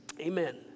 Amen